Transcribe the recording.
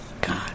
God